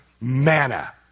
manna